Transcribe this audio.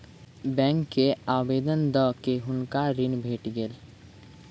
bank के आवेदन दअ के हुनका ऋण भेट गेल